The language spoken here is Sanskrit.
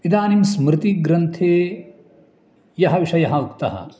इदानीं स्मृतिग्रन्थे यः विषयः उक्तः